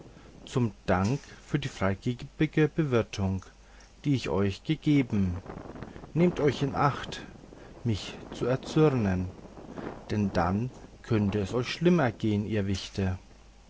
zum dank für die freigebige bewirtung die ich euch gegeben nehmt euch in acht mich zu erzürnen denn dann könnte es euch schlimm gehen ihr wichte